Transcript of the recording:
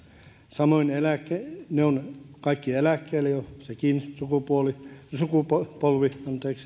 samoin ne kaikki eläkkeellä olevat jo sekin sukupolvi